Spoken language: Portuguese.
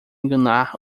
enganar